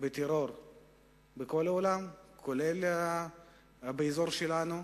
בטרור בכל העולם, כולל באזור שלנו,